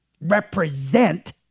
represent